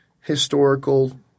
historical